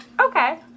Okay